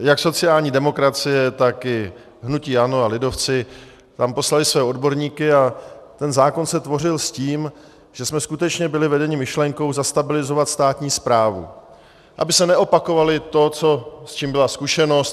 Jak sociální demokracie, tak hnutí ANO a lidovci tam poslali svoje odborníky a ten zákon se tvořil s tím, že jsme skutečně byli vedeni myšlenkou zastabilizovat státní správu, aby se neopakovalo to, s čím byla zkušenost.